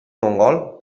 mongol